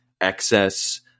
excess